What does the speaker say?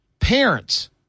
Parents